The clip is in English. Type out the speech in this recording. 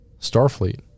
Starfleet